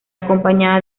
acompañada